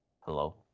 hello